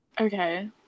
Okay